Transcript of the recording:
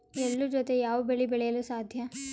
ಎಳ್ಳು ಜೂತೆ ಯಾವ ಬೆಳೆ ಬೆಳೆಯಲು ಸಾಧ್ಯ?